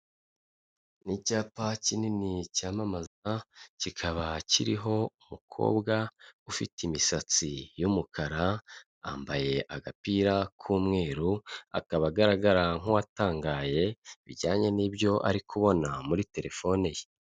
Ni icyapa kinini cyamamaza, kikaba kiriho umukobwa ufite imisatsi y'umukara, yambaye agapira k'umweru, akaba agaragara nk'uwatangaye bijyanye n'ibyo ari kubona muri telefone ye.